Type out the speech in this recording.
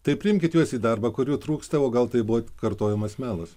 tai priimkit juos į darbą kur jų trūksta o gal tai buvo kartojamas melas